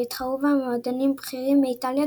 והתחרו בה מועדונים בכירים מאיטליה,